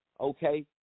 okay